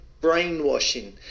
brainwashing